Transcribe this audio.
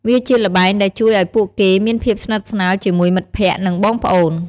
វាជាល្បែងដែលជួយឱ្យពួកគេមានភាពស្និទ្ធស្នាលជាមួយមិត្តភក្តិ និងបងប្អូន។